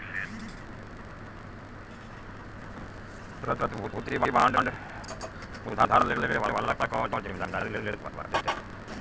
प्रतिभूति बांड उधार लेवे वाला कअ जिमेदारी लेत बाटे